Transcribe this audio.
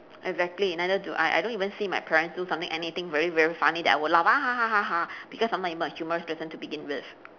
exactly neither do I I don't even see my parents do something anything very very funny that I would laugh ha ha ha ha ha because I'm not even a humorous person to begin with